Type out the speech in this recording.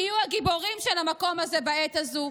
תהיו הגיבורים של המקום הזה בעת הזו,